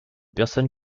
personne